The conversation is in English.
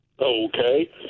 Okay